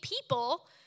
people